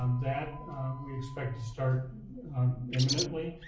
um that we expect to start imminent ly.